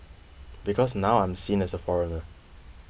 because now I'm seen as a foreigner